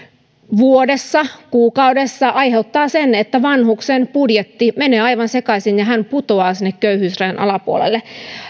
vuodessa kuukaudessa aiheuttaa sen että vanhuksen budjetti menee aivan sekaisin ja hän putoaa sinne köyhyysrajan alapuolelle